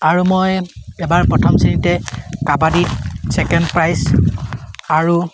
আৰু মই এবাৰ প্ৰথম শ্ৰেণীতে কাবাডীত ছেকেণ্ড প্ৰাইজ আৰু